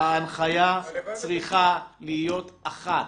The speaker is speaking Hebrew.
ההנחיה צריכה להיות אחת,